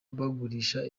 bagurisha